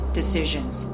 decisions